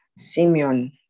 Simeon